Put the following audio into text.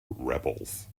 rebels